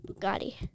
Bugatti